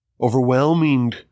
overwhelming